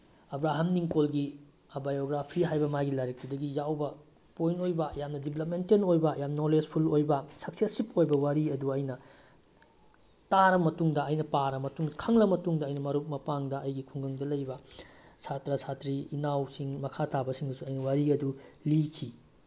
Abraham ꯅꯤꯡꯀꯣꯟꯒꯤ ꯑꯥ biography ꯍꯥꯏꯕ ꯃꯥꯒꯤ ꯂꯥꯏꯔꯤꯛꯇꯨꯗꯒꯤ ꯌꯥꯎꯕ ꯄꯣꯏꯟ ꯑꯣꯏꯕ ꯌꯥꯝꯅ ꯗꯤꯕ꯭ꯂꯞꯃꯦꯟꯇꯦꯜ ꯑꯣꯏꯕ ꯌꯥꯝ ꯅꯣꯂꯦꯖ ꯐꯨꯜ ꯑꯣꯏꯕ ꯁꯛꯁꯦꯁꯤꯞ ꯑꯣꯏꯕ ꯋꯥꯔꯤ ꯑꯗꯨ ꯑꯩꯅ ꯇꯥꯔ ꯃꯇꯨꯡꯗ ꯑꯩꯅ ꯄꯥꯔ ꯃꯇꯨꯡ ꯈꯪꯂ ꯃꯇꯨꯡꯗ ꯑꯩꯅ ꯃꯔꯨꯞ ꯃꯄꯥꯡꯗ ꯑꯩꯒꯤ ꯈꯨꯡꯒꯪꯗ ꯂꯩꯕ ꯁꯥꯇ꯭ꯔ ꯁꯥꯇ꯭ꯔꯤ ꯏꯅꯥꯎꯁꯤꯡ ꯃꯈꯥ ꯇꯥꯕꯁꯤꯡꯗꯁꯨ ꯑꯩꯅ ꯋꯥꯔꯤ ꯑꯗꯨ ꯂꯤꯈꯤ